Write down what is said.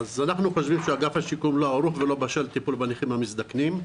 אנחנו חושבים שאגף השיקום לא ערוך ולא בשל לטיפול בנכים המזדקנים.